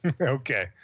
Okay